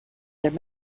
their